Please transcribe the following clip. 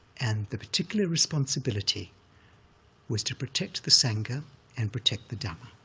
and the particular responsibility was to protect the sangha and protect the dhamma,